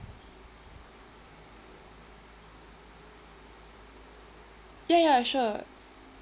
ya ya sure